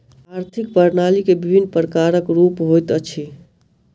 आर्थिक प्रणाली के विभिन्न प्रकारक रूप होइत अछि